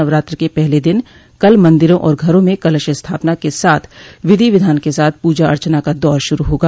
नवरात्र के पहले दिन कल मंदिरों और घरों में कलश स्थापना के साथ विधि विधान के साथ पूजा अर्चना का दौर श्रू होगा